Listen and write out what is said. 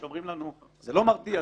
שאומרים לנו: זה לא מרתיע,